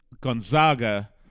Gonzaga